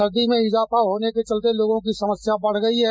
सदी में इज़ाफ़ा होने के चलते लोगों की समस्या बढ़ गयी है